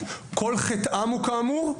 כל חטאם הוא כאמור,